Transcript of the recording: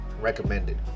recommended